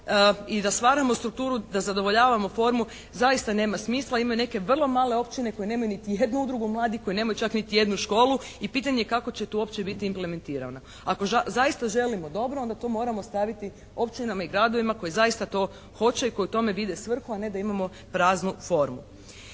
i da stvaramo strukturu da zadovoljavamo formu zaista nema smisla. Imaju neke vrlo male općine koje nemaju niti jednu udrugu mladih, koje nemaju čak niti jednu školu i pitanje kako će tu uopće biti implementirana. Ako zaista želimo dobro onda to moramo ostaviti općinama i gradovima koji zaista to hoće i koji u tome vide svrhu, a ne da imamo praznu formu.